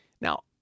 Now